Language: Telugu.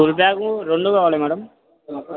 ఫుల్ బ్యాగ్స్ రెండు కావాలి మేడం